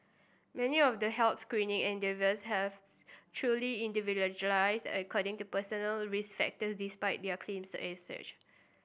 many of the health screening endeavours have truly individualised according to personal risk factors despite their claims as such